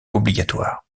obligatoire